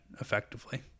effectively